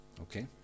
Okay